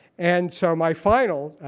and so my final